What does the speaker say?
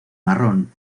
marrón